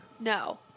No